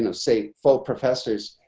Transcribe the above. and say full professors.